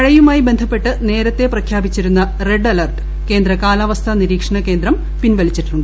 മഴയുമായി ബന്ധപ്പെട്ട് ന്ദേരിക്ക്ത് പ്രഖ്യാപിച്ചിരുന്ന റെഡ് അലേർട്ട് കേന്ദ്ര കാലാവസ്ഥ നിരീക്ഷണ് കേന്ദ്രം പിൻവലിച്ചിട്ടുണ്ട്